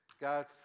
God